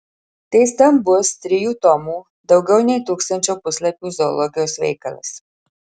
tai stambus trijų tomų daugiau nei tūkstančio puslapių zoologijos veikalas